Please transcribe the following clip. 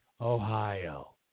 Ohio